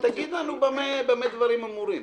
כן, תגיד לנו במה דברים אמורים.